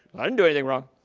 i didn't do anything wrong.